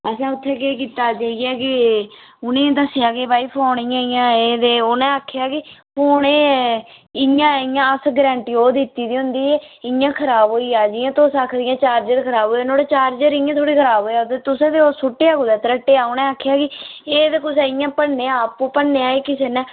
असें उत्त्थै केह् कीता जाइयै कि उ'नेंगी दस्सेआ कि भाई फ़ोन इ'यां इ'यां एह् ते उ'नें आखेआ कि फोन एह् इ'यां इ'यां अस गरांटी ओह् दित्ती दी होंदी इ'यां खराब होई जा जियां तुस आक्खै दियां चार्जर खराब होएआ नोहाड़ा चार्जर इ'यां थोह्ड़े खराब होएआ तुसें ते ओह् सुट्टेआ कुदै त्रट्टेआ उ'नें आखेआ कि एह् ते कुसै इ'यां भन्नेआ आपूं भन्नेआ एह् कुसै ने